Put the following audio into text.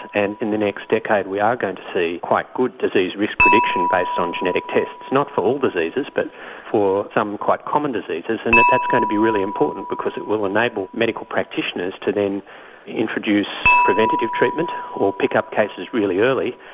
and in the next decade we are going to see quite good disease risk prediction based on genetic tests, not for all diseases but for some quite common diseases, and that's going to be really important because it will enable medical practitioners to then introduce preventative treatment or pick up cases really early,